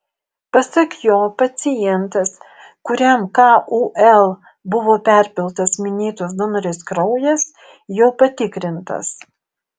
pasak jo pacientas kuriam kul buvo perpiltas minėtos donorės kraujas jau patikrintas